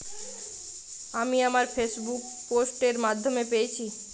আমি আমার chequebook post এর মাধ্যমে পেয়েছি